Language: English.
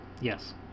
Yes